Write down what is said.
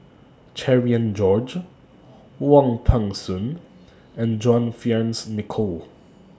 Cherian George Wong Peng Soon and John Fearns Nicoll